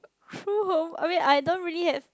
true home I mean I don't really have